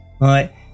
right